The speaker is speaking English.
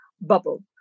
bubble